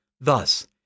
Thus